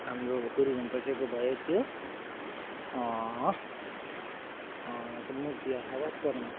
हाम्रो गुरु रिम्पोछेको भयो त्यो त्यो मूर्ति अथवा तोर्मा